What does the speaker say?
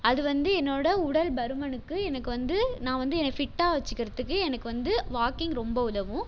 அது வந்து என்னோட உடல் பருமனுக்கு எனக்கு வந்து நான் வந்து என்ன ஃபிட்டா வச்சுக்கிறதுக்கு எனக்கு வந்து வாக்கிங் ரொம்ப உதவும்